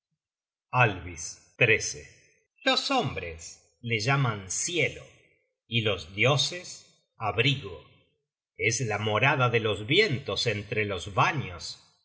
conocemos alvis los hombres le llaman cielo y los dioses abrigo es la morada de los vientos entre los vanios